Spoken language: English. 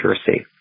accuracy